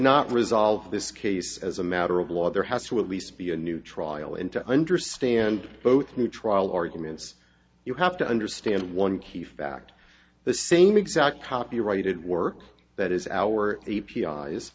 not resolve this case as a matter of law there has to at least be a new trial and to understand both new trial arguments you have to understand one key fact the same exact copyrighted work that is our